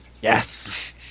Yes